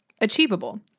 achievable